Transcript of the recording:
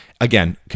Again